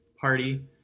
party